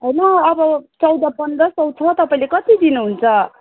होइन अब चौध पन्ध्र सय छ तपाईँले कति दिनुहुन्छ